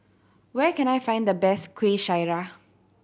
where can I find the best Kueh Syara